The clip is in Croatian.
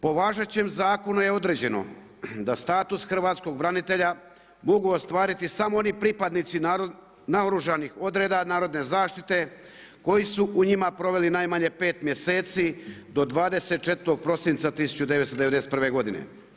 Po važećem zakonu je određeno da status hrvatskih branitelja mogu ostvariti samo oni pripadnici naoružanih odreda narodne zaštite koji su u njima proveli najmanje 5 mjeseci do 24. prosinca 1991. godine.